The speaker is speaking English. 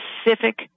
specific